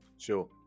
Sure